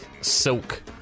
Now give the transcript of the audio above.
silk